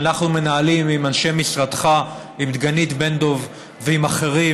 שאנחנו מנהלים עם אנשי משרדך עם דגנית בן דב ועם אחרים,